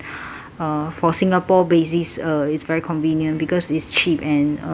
uh for singapore basis uh it's very convenient because it's cheap and uh